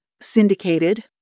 syndicated